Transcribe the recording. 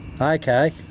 Okay